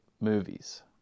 movies